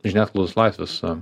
žiniasklaidos laisvės